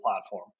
platform